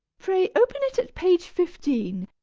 pray open it at page fifteen.